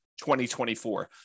2024